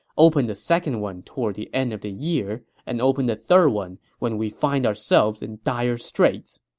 open the second one toward the end of the year, and open the third one when we find ourselves in dire straits.